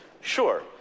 sure